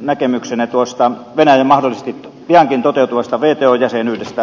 näkemyksenne tuosta venäjän mahdollisesti piankin toteutuvasta wto jäsenyydestä